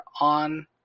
on